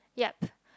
yup